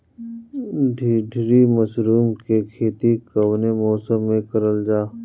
ढीघरी मशरूम के खेती कवने मौसम में करल जा?